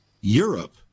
Europe